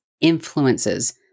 influences